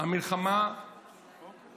המלחמה עם המצווה הגדולה ביותר